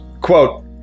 Quote